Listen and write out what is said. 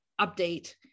update